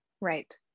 Right